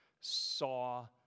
saw